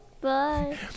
Bye